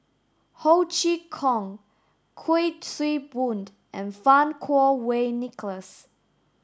Ho Chee Kong Kuik Swee Boon and Fang Kuo Wei Nicholas